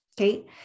Okay